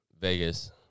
Vegas